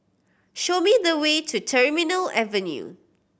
show me the way to Terminal Avenue